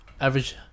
average